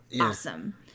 awesome